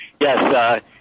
yes